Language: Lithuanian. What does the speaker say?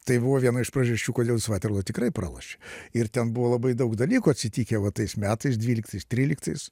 tai buvo viena iš priežasčių kodėl jis vaterlo tikrai pralošė ir ten buvo labai daug dalykų atsitikę va tais metais dvyliktais tryliktais